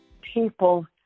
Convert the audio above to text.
People